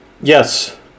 Yes